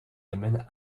amène